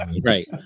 Right